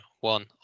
one